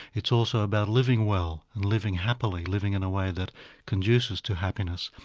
it's also about living well, living happily, living in a way that conduces to happiness,